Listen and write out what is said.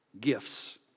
gifts